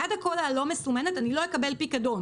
בעד הקולה הלא מסומנת אני לא אקבל פיקדון.